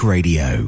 Radio